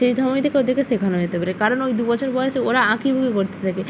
সেই সময় থেকে ওদেরকে শেখানো যেতে পারে কারণ ওই দু বছর বয়সে ওরা আঁকিবুকি করতে থাকে